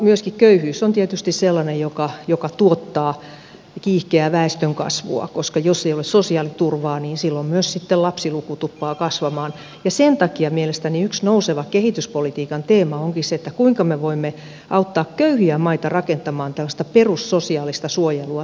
myöskin köyhyys on tietysti sellainen joka tuottaa kiihkeää väestönkasvua koska jos ei ole sosiaaliturvaa niin silloin myös sitten lapsiluku tuppaa kasvamaan ja sen takia mielestäni yksi nouseva kehityspolitiikan teema onkin se kuinka me voimme auttaa köyhiä maita rakentamaan tällaista perussosiaalista suojelua sosiaaliturvaa